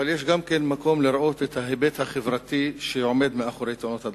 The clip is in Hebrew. אבל יש גם מקום לראות את ההיבט החברתי שעומד מאחורי תאונות הדרכים.